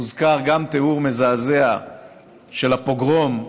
מובא תיאור מזעזע של הפוגרום,